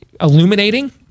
illuminating